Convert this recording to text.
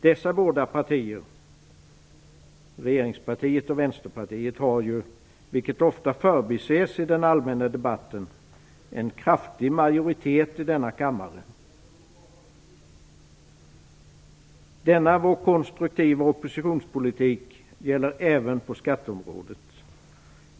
Dessa båda partier - regeringspartiet och Vänsterpartiet - har ju, vilket ofta förbises i den allmänna debatten, en kraftig majoritet i denna kammare. Denna vår konstruktiva oppositionspolitik gäller även på skatteområdet.